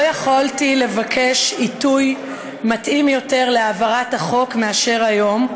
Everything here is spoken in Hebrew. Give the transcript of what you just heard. לא יכולתי לבקש עיתוי מתאים יותר להעברת החוק מאשר היום,